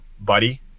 buddy